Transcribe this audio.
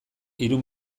hiru